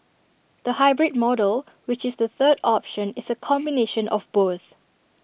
the hybrid model which is the third option is A combination of both